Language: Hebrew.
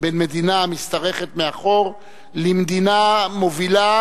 בין מדינה המשתרכת מאחור למדינה מובילה,